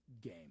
game